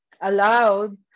allowed